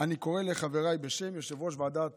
אני קורא לחבריי, בשם יושב-ראש ועדת